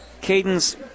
Cadence